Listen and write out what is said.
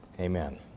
Amen